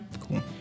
Cool